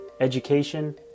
education